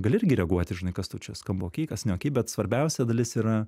gali irgi reaguoti žinai kas tau čia skamba okey kas ne okey bet svarbiausia dalis yra